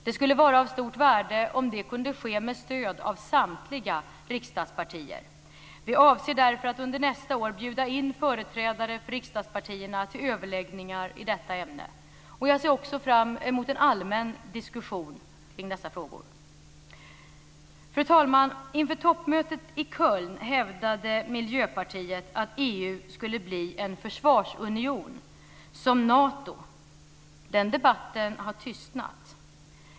Det skulle vara av stort värde om det kunde ske med stöd av samtliga riksdagspartier. Vi avser därför att under nästa år bjuda in företrädare för riksdagspartierna till överläggningar i detta ämne. Jag ser också fram emot en allmän diskussion kring dessa frågor. Fru talman! Inför toppmötet i Köln hävdade Miljöpartiet att EU skulle bli en försvarsunion som Nato. Den debatten har tystnat.